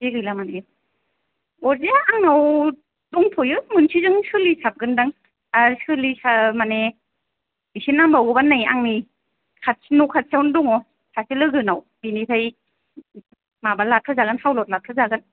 जे गैलामोन ए अरजाया आंनाव दंथ'यो मोनसेजों सोलिथाबगोन दां आर सोलिथाब माने एसे नांबावगौ बा नै आंनि खाथि न' खाथियावनो दङो सासे लोगो नाव बेनिफ्राय माबा लाथ' जागोन हावलाद लाथ' जागोन